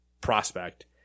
prospect